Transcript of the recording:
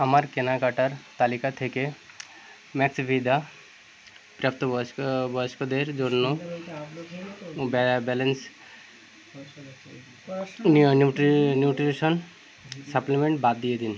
আমার কেনাকাটার তালিকা থেকে ম্যাক্সভিদা প্রাপ্তবয়স্ক বয়স্কদের জন্য ব্যা ব্যালেন্সড নিয়া নিউট্রি নিউট্রিশন সাপ্লিমেন্ট বাদ দিয়ে দিন